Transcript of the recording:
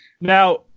Now